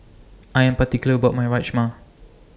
I Am particular about My Rajma